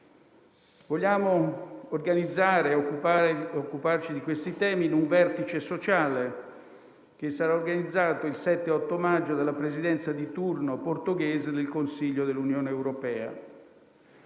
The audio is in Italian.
Vogliamo occuparci di questi temi in un vertice sociale che sarà organizzato il 7 e l'8 maggio della Presidenza di turno portoghese del Consiglio dell'Unione europea.